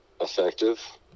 effective